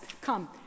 come